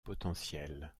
potentielle